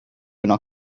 una